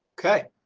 okay,